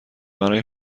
برای